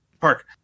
Park